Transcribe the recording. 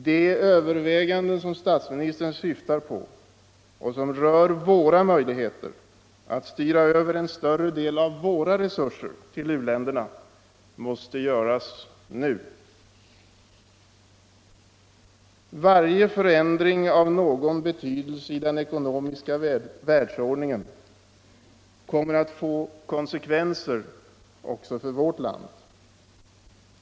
De överväganden som statsministern syftar på och som rör våra möjligheter att styra över en större del av våra resurser till u-länderna måste göras nu. Varje förändring av någon betydelse i den ekonomiska världsordningen kommer att få konsekvenser också för vårt land.